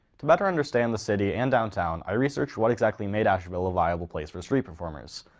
to better understand the city and downtown i researched what exactly made asheville a viable place for street performers.